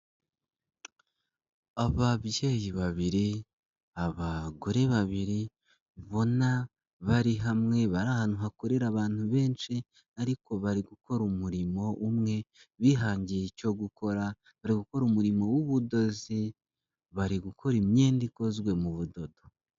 Ababyeyi babiri, abagore babiri, ubona bari hamwe bari ahantu hakorera abantu benshi, ariko bari gukora umurimo umwe, bihangiye icyo gukora, bari gukora umurimo w'ubudozi, bari gukora imyenda ikozwe mu budodo.